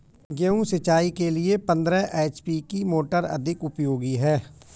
गेहूँ सिंचाई के लिए पंद्रह एच.पी की मोटर अधिक उपयोगी है?